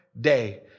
day